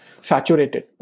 saturated